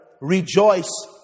rejoice